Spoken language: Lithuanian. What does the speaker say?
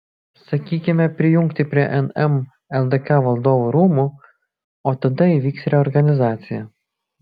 sakykime prijungti prie nm ldk valdovų rūmų o tada įvyks reorganizacija